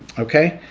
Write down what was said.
okay?